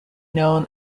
known